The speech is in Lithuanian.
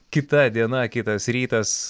kita diena kitas rytas